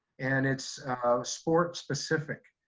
and it's sport specific.